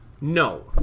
No